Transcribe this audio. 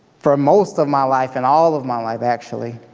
for most of my life, and all of my life actually,